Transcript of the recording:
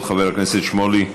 חבר הכנסת שמולי,